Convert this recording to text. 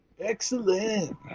Excellent